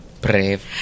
Brave